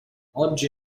oggi